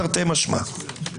תרתי משמע.